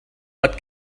but